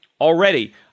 already